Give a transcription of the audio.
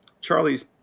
Charlie's